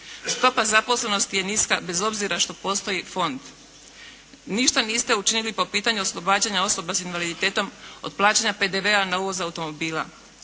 Stopa zaposlenosti je niska bez obzira što postoji fond. Ništa niste učinili po pitanju oslobađanja osoba sa invaliditetom od plaćanja PDV-a na uvoz automobila.